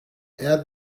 add